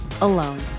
alone